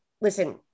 Listen